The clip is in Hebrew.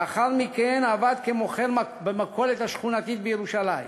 לאחר מכן עבד כמוכר במכולת השכונתית בירושלים.